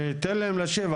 אני אתן להם להשיב,